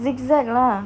zigzag lah